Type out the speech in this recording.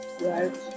right